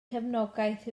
cefnogaeth